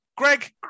Greg